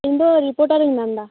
ᱤᱧ ᱫᱚ ᱨᱤᱯᱳᱴᱟᱨᱤᱧ ᱢᱮᱱᱫᱟ